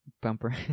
Bumper